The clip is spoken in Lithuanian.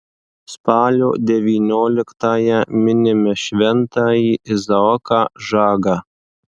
spalio devynioliktąją minime šventąjį izaoką žagą